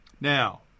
Now